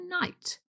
night